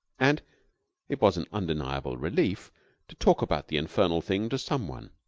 and it was an undeniable relief to talk about the infernal thing to some one.